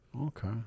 Okay